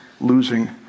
losing